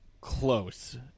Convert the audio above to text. close